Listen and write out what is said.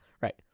right